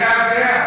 זאת הזיה.